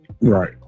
right